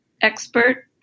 expert